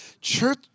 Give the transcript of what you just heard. church